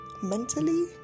Mentally